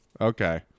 Okay